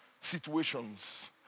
Situations